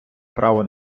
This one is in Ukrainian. право